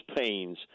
pains